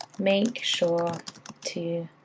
make sure to